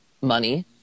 money